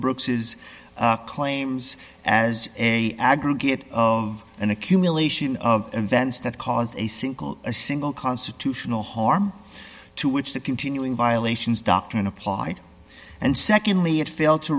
brooks is claims as a aggregate of an accumulation of events that cause a single a single constitutional harm to which the continuing violations doctrine applied and secondly it failed to